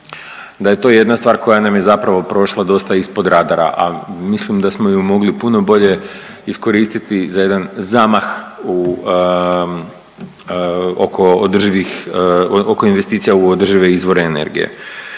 da je to jedna stvar koja nam je zapravo prošla dosta ispod radara, a mislim da smo ju mogli puno bolje iskoristiti za jedan zamah u, oko održivih, oko investicija u održive izvore energije.